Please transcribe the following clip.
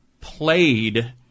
played